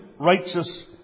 righteous